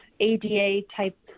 ADA-type